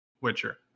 Witcher